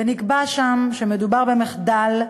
ונקבע שם שמדובר במחדל,